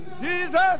Jesus